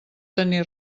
tenir